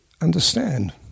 understand